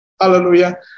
Hallelujah